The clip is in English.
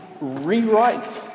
rewrite